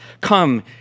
come